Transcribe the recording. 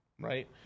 Right